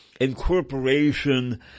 incorporation